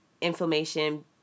inflammation